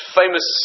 famous